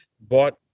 bought